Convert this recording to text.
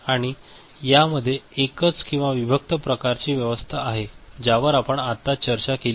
आणि या मध्ये एकच किंवा विभक्त प्रकारची व्यवस्था आहे ज्यावर आपण आत्ताच चर्चा केली आहे